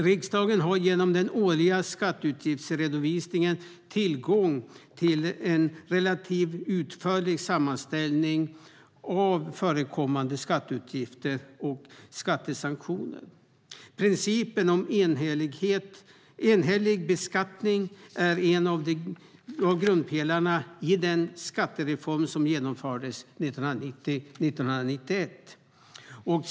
Riksdagen har genom den årliga skatteutgiftsredovisningen tillgång till en relativt utförlig sammanställning av förekommande skatteutgifter och skattesanktioner. Principen om enhetlig beskattning är en av grundpelarna i den skattereform som genomfördes 1990-1991.